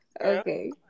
Okay